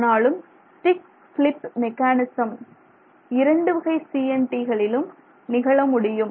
ஆனாலும் stick slip mechanism இரண்டு வகை CNT களில் நிகழ முடியும்